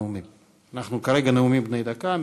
אנחנו כרגע בנאומים בני דקה.